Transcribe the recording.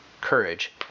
courage